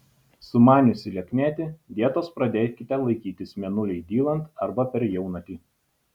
sumaniusi lieknėti dietos pradėkite laikytis mėnuliui dylant arba per jaunatį